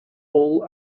all